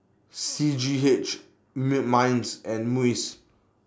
C G H M Minds and Muis